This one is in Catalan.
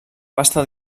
vasta